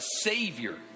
savior